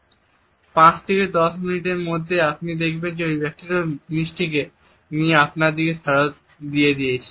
5 থেকে 10 মিনিটের মধ্যে আপনি দেখবেন যে অন্য ব্যক্তিটি জিনিসটিকে নিয়ে আপনার দিকে ফেরত দিয়ে দিয়েছে